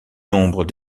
nombre